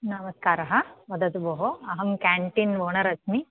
नमस्कारः वदतु भोः अहं केन्टीन् ओनर् अस्मि